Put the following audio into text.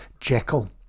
Jekyll